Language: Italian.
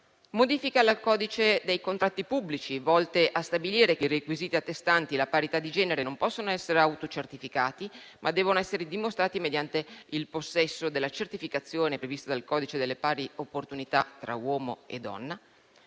modifica del codice dei contratti pubblici, volta a stabilire che i requisiti attestanti la parità di genere non possono essere autocertificati, ma devono essere dimostrati mediante il possesso della certificazione prevista dal codice delle pari opportunità tra uomo e donna.